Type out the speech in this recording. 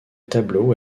tableau